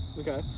Okay